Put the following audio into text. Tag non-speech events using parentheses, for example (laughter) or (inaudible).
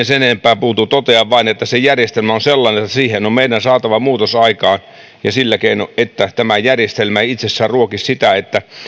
(unintelligible) sen enempää puutu totean vain että se järjestelmä on sellainen että siihen on meidän saatava muutos aikaan ja sillä keinoin että tämä järjestelmä ei itsessään ruoki sitä että